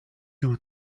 you